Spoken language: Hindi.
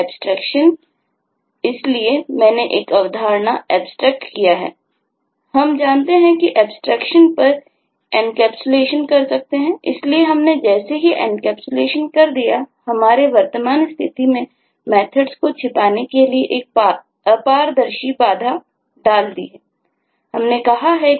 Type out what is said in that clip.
अब मैं कह रहा हूं कि मेरे पास vehicle है